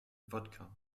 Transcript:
vodka